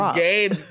gabe